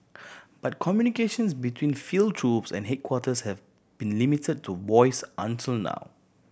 but communications between field troops and headquarters have been limited to voice until now